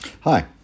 Hi